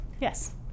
Yes